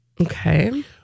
Okay